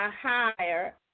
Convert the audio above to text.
higher